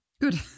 Good